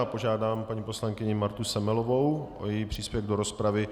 Požádám paní poslankyni Martu Semelovou o její příspěvek do rozpravy.